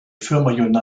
firma